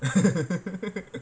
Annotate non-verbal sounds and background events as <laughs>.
<laughs>